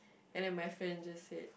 and then my friend just said